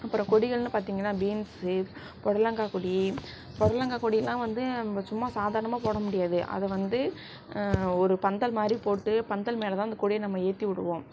அப்புறம் கொடிகள்னு பார்த்தீங்கன்னா பீன்ஸு பொடலங்காய் கொடி பொடலங்காய் கொடியெலாம் வந்து நம்ப சும்மா சாதாரணமாக போட முடியாது அதை வந்து ஒரு பந்தல் மாதிரி போட்டு பந்தல் மேல்தான் அந்த கொடியை நம்ம ஏற்றி விடுவோம்